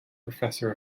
professor